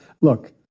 look